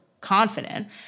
confident